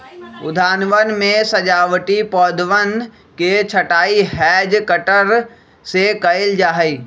उद्यानवन में सजावटी पौधवन के छँटाई हैज कटर से कइल जाहई